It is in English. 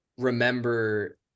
Remember